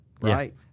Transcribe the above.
right